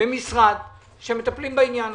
ומשרד שמטפלים בעניין.